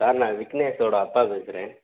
sir நான் விக்னேஷோட அப்பா பேசுகிறேன்